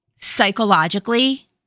psychologically